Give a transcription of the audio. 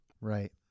Right